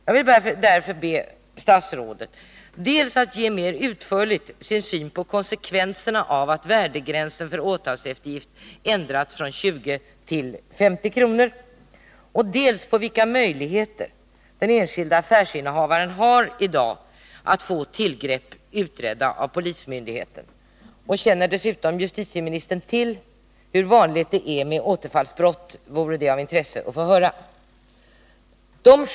Jag vill därför be statsrådet att mer utförligt ge sin syn på dels konsekvenserna av att värdegränsen för åtalseftergift ändrats från 20 till 50 kronor, dels vilka möjligheter den enskilda affärsinnehavaren i dag har att få tillgrepp utredda av polismyndigheten. Och känner justitieministern dessutom till hur vanligt det är med återfallsbrott, vore det av intresse att få höra det.